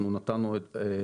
אנחנו נתנו הקלות,